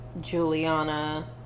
Juliana